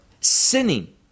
sinning